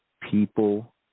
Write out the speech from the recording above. people